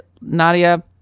Nadia